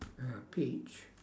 uh peach